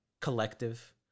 collective